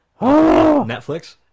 Netflix